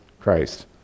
Christ